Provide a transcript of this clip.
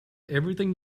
everything